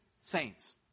Saints